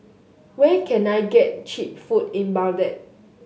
where can I get cheap food in Baghdad